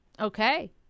Okay